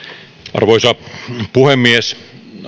arvoisa puhemies